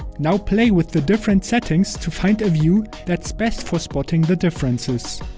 now play with the different settings to find a view that's best for spotting the differences.